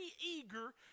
eager